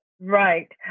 Right